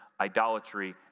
idolatry